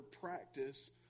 practice